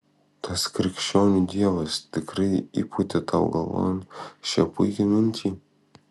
tas krikščionių dievas tikrai įpūtė tau galvon šią puikią mintį